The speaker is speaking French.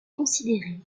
considéré